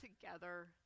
together